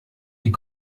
die